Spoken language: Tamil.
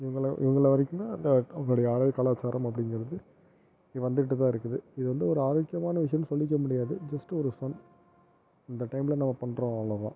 இவங்கள இவங்கள வரைக்குனா அந்த அவங்களுடைய ஆடைக் கலாச்சாரம் அப்படிங்கிறது வந்துட்டுதான் இருக்குது இது வந்து ஒரு ஆரோக்கியமான விஷயம்னு சொல்லியிக்க முடியாது ஜஸ்ட்டு ஒரு ஃபன் இந்த டைமில் நம்ம பண்ணுறோம் அவ்வளோதான்